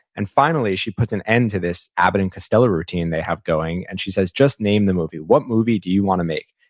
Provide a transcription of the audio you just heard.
and finally, she puts an end to this abbott and costello routine they have going and she says, just name the movie. what movie do you wanna make?